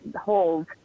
hold